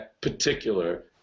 particular